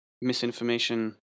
misinformation